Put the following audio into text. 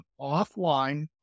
offline